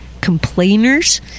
Complainers